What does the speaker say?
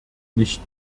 nicht